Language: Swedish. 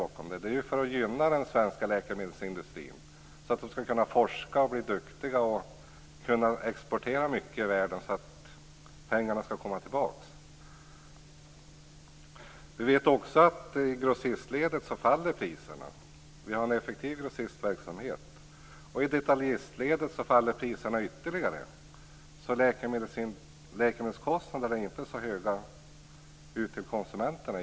Man vill gynna den svenska läkemedelsindustrin, så att den skall kunna forska, bli duktig och exportera mycket så att pengarna kommer tillbaks. Vi vet också att priserna faller i grossistledet. Vi har en effektiv grossistverksamhet. I detaljistledet faller priserna ytterligare. Läkemedelskostnaderna är egentligen inte så höga för konsumenterna.